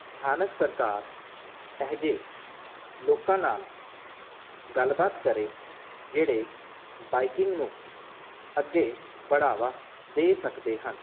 ਸਥਾਨਕ ਸਰਕਾਰ ਇਹੋ ਜਿਹੇ ਲੋਕਾਂ ਨਾਲ ਗੱਲਬਾਤ ਕਰੇ ਜਿਹੜੇ ਬਾਈਕਿੰਗ ਨੂੰ ਅੱਗੇ ਬੜਾਵਾ ਦੇ ਸਕਦੇ ਹਨ